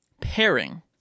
pairing